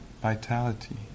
vitality